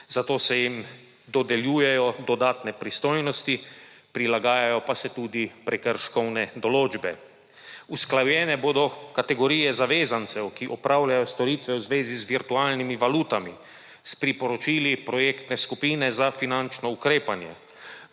Zato se jim dodelujejo dodatne pristojnosti, prilagajajo pa se tudi prekrškovne določbe. Usklajene bodo kategorije zavezancev, ki opravljajo storitve v zvezi z virtualnimi valutami, s priporočili projektne skupine za finančno ukrepanje.